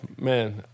man